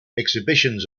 exhibitions